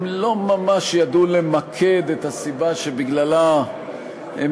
הם לא ממש ידעו למקד את הסיבה שבגללה הם